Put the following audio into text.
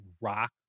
rock